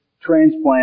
transplant